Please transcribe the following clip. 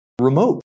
remote